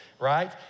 right